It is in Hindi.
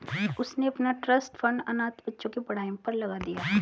उसने अपना ट्रस्ट फंड अनाथ बच्चों की पढ़ाई पर लगा दिया